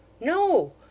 No